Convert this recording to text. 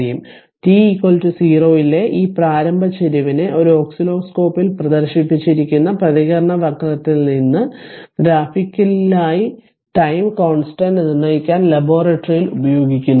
t 0 ലെ ഈ പ്രാരംഭ ചരിവിനെ ഒരു ഓസിലോസ്കോപ്പിൽ പ്രദർശിപ്പിച്ചിരിക്കുന്ന പ്രതികരണ വക്രത്തിൽ നിന്ന് ഗ്രാഫിക്കലായി ടൈം കൊൻസ്ടന്റ് നിർണ്ണയിക്കാൻ ലബോറട്ടറിയിൽ ഉപയോഗിക്കുന്നു